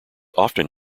often